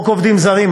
40. חוק עובדים זרים,